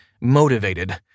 motivated